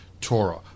torah